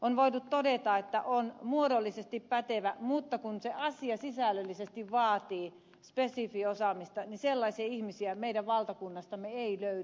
on voitu todeta että on muodollisesti pätevä mutta kun se asia sisällöllisesti vaatii spesifiosaamista niin sellaisia ihmisiä meidän valtakunnastamme ei löydy